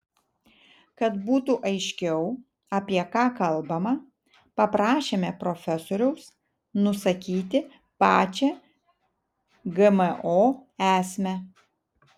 kad būtų aiškiau apie ką kalbama paprašėme profesoriaus nusakyti pačią gmo esmę